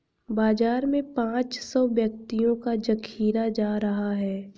बाजार में पांच सौ व्यक्तियों का जखीरा जा रहा है